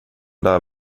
där